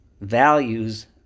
values